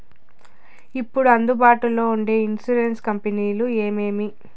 ఇప్పుడు అందుబాటులో ఉండే ఇన్సూరెన్సు కంపెనీలు ఏమేమి?